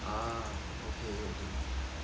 ah okay okay